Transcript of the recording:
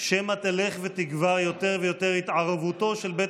"שמא תלך ותגבר יותר ויותר התערבותו של בית